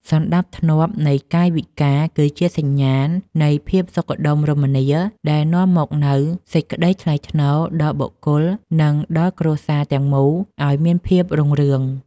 សណ្តាប់ធ្នាប់នៃកាយវិការគឺជាសញ្ញាណនៃភាពសុខដុមរមនាដែលនាំមកនូវសេចក្តីថ្លៃថ្នូរដល់បុគ្គល និង ដល់គ្រួសារទាំងមូលឱ្យមានភាពរុងរឿង។